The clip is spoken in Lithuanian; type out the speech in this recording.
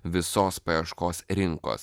visos paieškos rinkos